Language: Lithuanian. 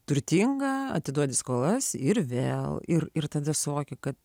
turtinga atiduodi skolas ir vėl ir ir tada suvoki kad